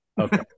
okay